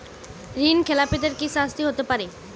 ঋণ খেলাপিদের কি শাস্তি হতে পারে?